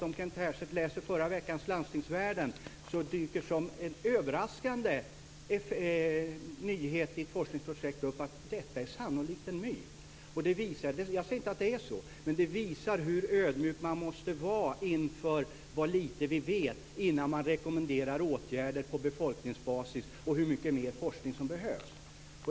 Om Kent Härstedt läser förra veckans Landstingsvärlden finner han att en överraskande nyhet från ett forskningsprojekt dyker upp, nämligen att detta sannolikt är en myt. Jag säger inte att det är så, men det visar dels hur ödmjuk man måste vara inför hur lite vi vet innan man rekommenderar åtgärder på befolkningsbasis, dels hur mycket forskning som behövs.